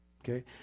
okay